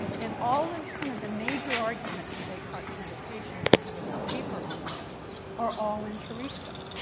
in all of some of the major arguments in descartes' meditations i have a paper on this are all in teresa.